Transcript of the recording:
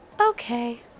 Okay